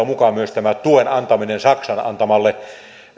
mukaan myös tämä tuen antaminen saksan antamalle